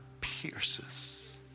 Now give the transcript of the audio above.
pierces